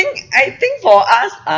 I think for us uh